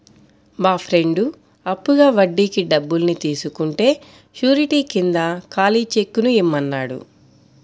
మా ఫ్రెండు అప్పుగా వడ్డీకి డబ్బుల్ని తీసుకుంటే శూరిటీ కింద ఖాళీ చెక్కుని ఇమ్మన్నాడు